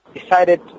decided